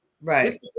right